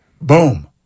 Boom